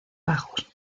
bajos